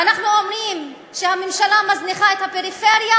ואנחנו אומרים שהממשלה מזניחה את הפריפריה.